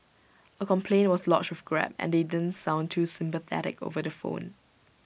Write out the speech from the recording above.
A complaint was lodged with grab and they didn't sound too sympathetic over the phone